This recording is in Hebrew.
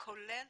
כולל